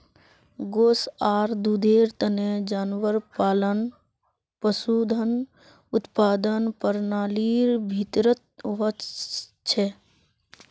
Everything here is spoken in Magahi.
गोस आर दूधेर तने जानवर पालना पशुधन उत्पादन प्रणालीर भीतरीत वस छे